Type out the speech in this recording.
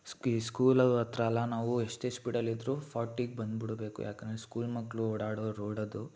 ಈ ಸ್ಕೂಲು ಹತ್ರ ಎಲ್ಲ ನಾವು ಎಷ್ಟೇ ಸ್ಪೀಡಲ್ಲಿದ್ರು ಫೋರ್ಟಿಗೆ ಬಂದು ಬಿಡಬೇಕು ಯಾಕಂದರೆ ಸ್ಕೂಲ್ ಮಕ್ಕಳು ಓಡಾಡೋ ರೋಡದು